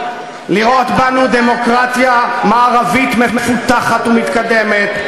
לראות בנו דמוקרטיה מערבית מפותחת ומתקדמת,